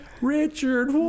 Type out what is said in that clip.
Richard